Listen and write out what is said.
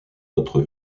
notre